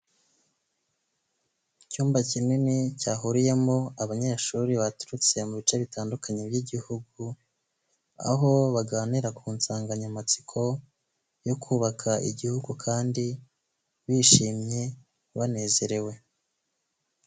Icyumba kinini cyahuriyemo abanyeshuri baturutse mu bice bitandukanye by'igihugu, aho baganira ku nsanganyamatsiko yo kubaka igihugu kandi bishimye banezerewe.